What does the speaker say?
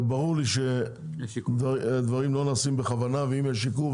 וברור לי שדברים לא נעשים בכוונה ואם יש עיכוב,